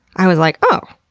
i was like, oh,